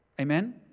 Amen